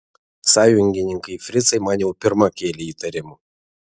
sąjungininkai fricai man jau pirma kėlė įtarimų